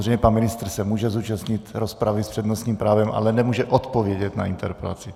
Samozřejmě pan ministr se může zúčastnit rozpravy s přednostním právem, ale nemůže odpovědět na interpelaci.